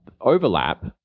overlap